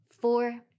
four